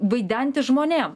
vaidentis žmonėm